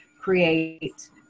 create